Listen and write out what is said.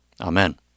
Amen